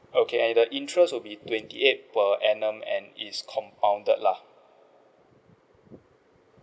okay and the interest will be twenty eight per annum and is compounded lah